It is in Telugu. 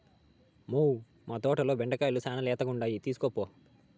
మ్మౌ, మా తోటల బెండకాయలు శానా లేతగుండాయి తీస్కోపో